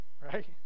Right